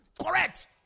correct